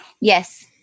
Yes